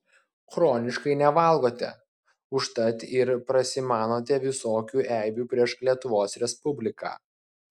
chroniškai nevalgote užtat ir prasimanote visokių eibių prieš lietuvos respubliką